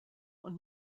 und